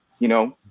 you know.